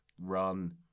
run